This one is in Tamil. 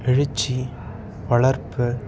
எழுச்சி வளர்ப்பு